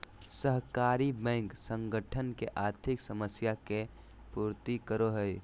सहकारी बैंक संगठन के आर्थिक समस्या के पूर्ति करो हइ